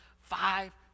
Five